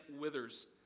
withers